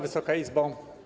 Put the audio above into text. Wysoka Izbo!